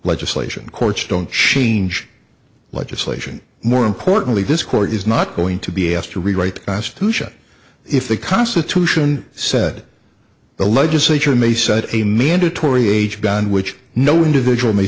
legislation courts don't change legislation more importantly this court is not going to be asked to rewrite the constitution if the constitution said the legislature may set a mandatory age beyond which no individual may